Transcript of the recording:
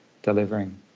delivering